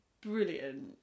brilliant